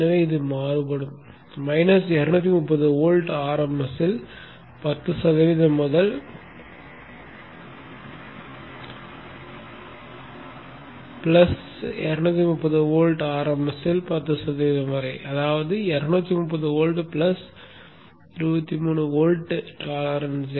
எனவே இது மாறுபடும் 230 வோல்ட் RMS இல் 10 முதல் 230 வோல்ட் RMS இல் 10 வரை அதாவது 230 வோல்ட் 23 வோல்ட் டோலெரான்ஸ்